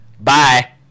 Bye